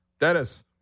Dennis